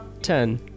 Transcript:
ten